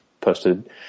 posted